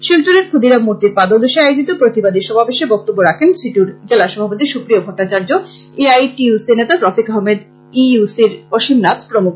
শিলচরের ক্ষুদিরাম মূর্তির পাদদেশে আয়োজিত প্রতিবাদী সমাবেশে বক্তব্য রাখেন সিটুর জেলা সভাপতি Supriya Bhattacharya A I T U C নেতা Rafiq Ahmed E U C সির অসীম নাথ প্রমূখ